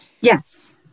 Yes